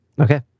Okay